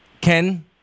Ken